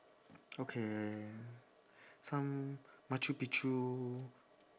okay some machu picchu